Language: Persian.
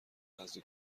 بعضی